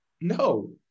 no